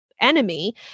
enemy